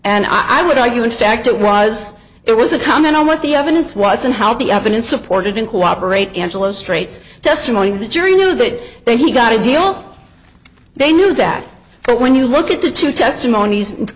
and i would argue in fact it was it was a comment on what the evidence was and how the evidence supported in cooperate angela straights testimony the jury knew that they he got a deal they knew that but when you look at the two testimonies